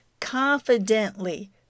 confidently